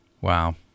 Wow